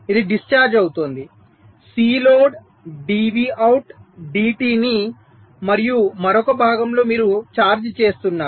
ఇది డిశ్చార్జ్ అవుతోంది Cload dVout dt ని మరియు మరొక భాగంలో మీరు ఛార్జ్ చేస్తున్నారు